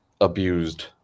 abused